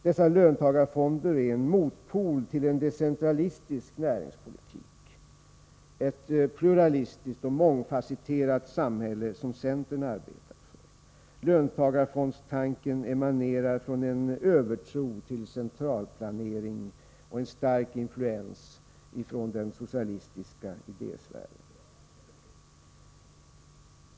Dessa löntagarfonder är en motpol till en decentralistisk näringspolitik, ett pluralistiskt och mångfacetterat samhälle, som centern arbetar för. Löntagarfondstanken emanerar från en övertro på centralplanering och från en stark influens från den socialistiska idésfären.